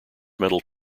metal